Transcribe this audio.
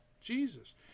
Jesus